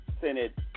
Senate